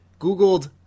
googled